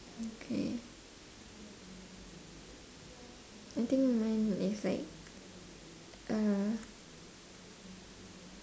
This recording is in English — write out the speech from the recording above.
okay I think mine is like uh